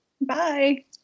Bye